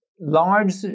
large